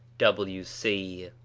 w c.